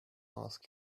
ask